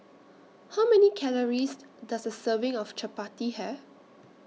How Many Calories Does A Serving of Chapati Have